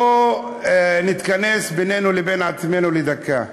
בואו נתכנס בינינו לבין עצמנו לדקה: